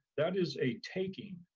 that is a taking.